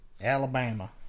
Alabama